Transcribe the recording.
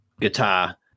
guitar